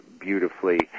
beautifully